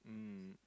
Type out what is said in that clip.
mm